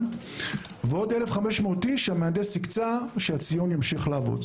ועוד 1,500 אנשים שהמהנדס הקצה כדי שהציון ימשיך לעבוד.